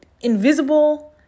invisible